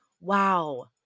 wow